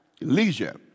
leisure